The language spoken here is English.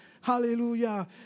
Hallelujah